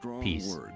Peace